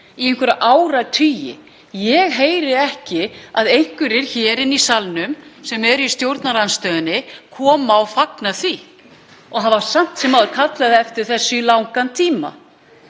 í einhverja áratugi. Ég heyri ekki neina hér í salnum sem eru í stjórnarandstöðu koma og fagna því og hafa samt sem áður kallað eftir þessu í langan tíma.